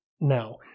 Now